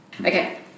Okay